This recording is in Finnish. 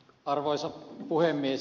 arvoisa puhemies